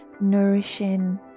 nourishing